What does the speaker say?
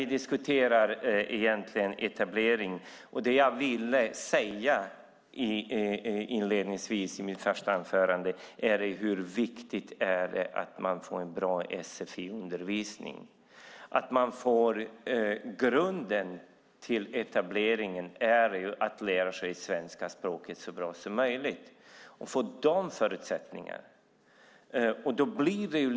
Vi diskuterar egentligen etablering. Det jag ville säga i mitt första anförande var hur viktigt det är att man får en bra sfi-undervisning. Grunden till etableringen är att lära sig svenska språket så bra som möjligt och få de förutsättningarna.